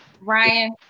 Ryan